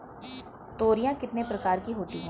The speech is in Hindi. तोरियां कितने प्रकार की होती हैं?